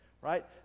right